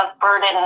burden